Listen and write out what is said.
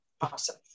awesome